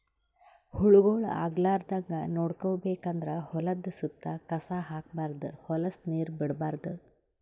ಹುಳಗೊಳ್ ಆಗಲಾರದಂಗ್ ನೋಡ್ಕೋಬೇಕ್ ಅಂದ್ರ ಹೊಲದ್ದ್ ಸುತ್ತ ಕಸ ಹಾಕ್ಬಾರ್ದ್ ಹೊಲಸ್ ನೀರ್ ಬಿಡ್ಬಾರ್ದ್